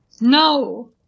No